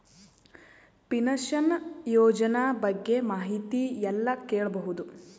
Pension ಯೋಜನ ಬಗ್ಗೆ ಮಾಹಿತಿ ಎಲ್ಲ ಕೇಳಬಹುದು?